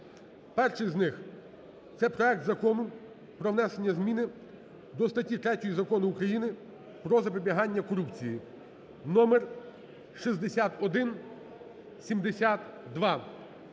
Перший з них – це проект Закону про внесення зміни до статті 3 Закону України "Про запобігання корупції" (№6172).